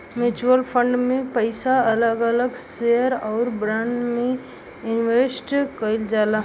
mutual fund में पइसा अलग अलग शेयर आउर बांड में इनवेस्ट किहल जाला